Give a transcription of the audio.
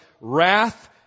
wrath